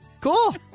cool